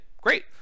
great